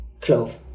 clove